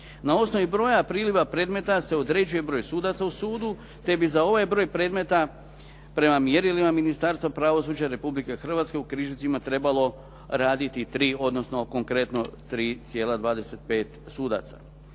Na osnovi broja priliva predmeta se određuje broj sudaca u sudu, te bi za ovaj broj predmeta prema mjerilima Ministarstva pravosuđa Republike Hrvatske u Križevcima trebalo raditi 3, odnosno konkretno 3,25 sudaca.